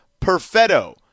Perfetto